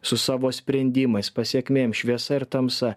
su savo sprendimais pasekmėm šviesa ir tamsa